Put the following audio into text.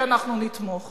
כי אנחנו נתמוך.